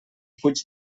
fuig